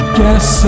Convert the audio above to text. guess